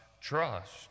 trust